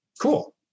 cool